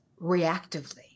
reactively